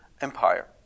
empire